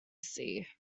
see